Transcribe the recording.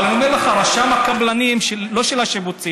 אבל אני אומר לך, רשם הקבלנים, לא של השיפוצים,